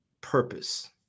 purpose